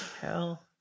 Hell